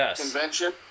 convention